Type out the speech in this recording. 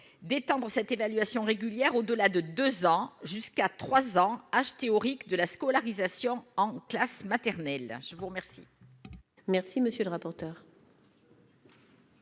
d'éteindre cette évaluation régulière au-delà de 2 ans jusqu'à 3 ans acheter théorique de la scolarisation en classe maternelle, je vous remercie.